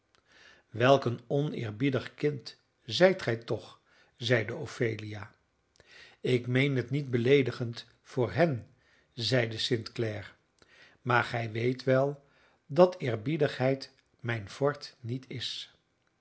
een oneerbiedig kind zijt gij toch zeide ophelia ik meen het niet beleedigend voor hen zeide st clare maar gij weet wel dat eerbiedigheid mijn fort niet is